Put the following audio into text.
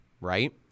right